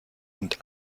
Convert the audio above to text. und